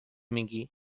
میگی